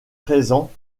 présents